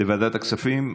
לוועדת הכספים?